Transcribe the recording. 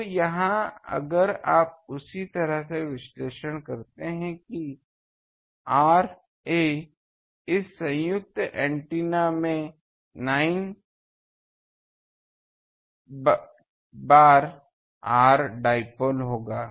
तो यहां अगर आप उसी तरह से विश्लेषण करते हैं जैसे कि Ra इस संयुक्त एंटीना में 9 बार R dipole होगा